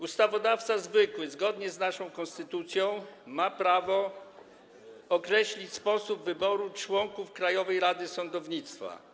Ustawodawca zwykły zgodnie z naszą konstytucją ma prawo określić sposób wyboru członków Krajowej Rady Sądownictwa.